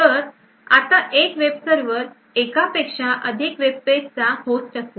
तर आता एक वेब सर्वर एका पेक्षा अधिक web page चा host असेल